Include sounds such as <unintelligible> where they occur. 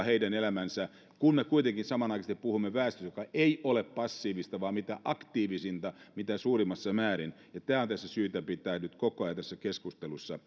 <unintelligible> heidän elämäänsä kun me kuitenkin samanaikaisesti puhumme väestöstä joka ei ole passiivista vaan mitä aktiivisinta mitä suurimmassa määrin ja tämä on syytä pitää nyt koko ajan tässä keskustelussa <unintelligible>